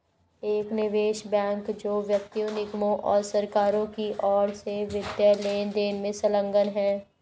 एक निवेश बैंक जो व्यक्तियों निगमों और सरकारों की ओर से वित्तीय लेनदेन में संलग्न है